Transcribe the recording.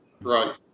Right